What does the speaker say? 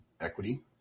equity